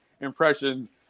impressions